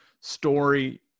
story